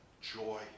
joy